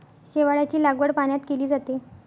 शेवाळाची लागवड पाण्यात केली जाते